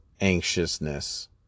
anxiousness